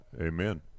amen